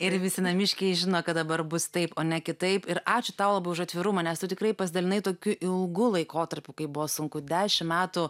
ir visi namiškiai žino kad dabar bus taip o ne kitaip ir ačiū tau labai už atvirumą nes tu tikrai pasidalinai tokiu ilgu laikotarpiu kai buvo sunku dešim metų